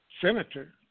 senator